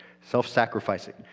self-sacrificing